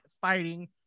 fighting